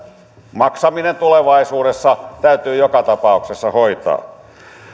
maksaminen tulevaisuudessa täytyy joka tapauksessa hoitaa